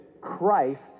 Christ